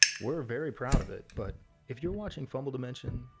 we're very proud of it but if you're watching fumble dimension,